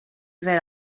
rere